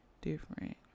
Different